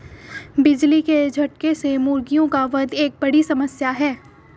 बिजली के झटके से मुर्गियों का वध एक बड़ी समस्या है